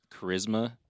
Charisma